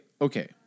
okay